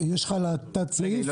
הצבעה סעיף